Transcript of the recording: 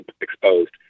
exposed